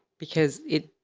because it